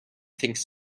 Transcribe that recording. thinks